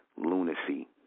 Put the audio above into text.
lunacy